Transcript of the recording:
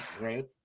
Right